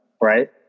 Right